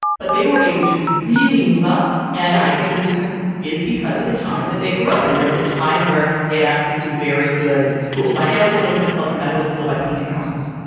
but they were able to really move up. and i think the reason is because of the time that they grew up and there was a time where they had access to very good schools, my dad was able to put himself through medical school by painting houses.